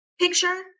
Picture